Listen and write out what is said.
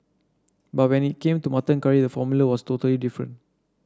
but when it came to mutton curry the formula was totally different